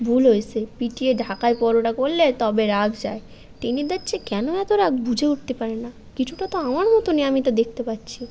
ভুল হয়েছে পিটিয়ে ঢাকাই পরোটা করলে তবে রাগ যায় টেনিদার যে কেন এত রাগ বুঝে উঠতে পারি না কিছুটা তো আমার মতনই আমি তো দেখতে পাচ্ছি